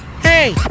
Hey